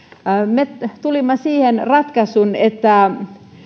me tulimme siihen ratkaisuun että